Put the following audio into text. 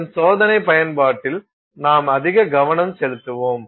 அதன் சோதனை பயன்பாட்டில் நாம் அதிக கவனம் செலுத்துவோம்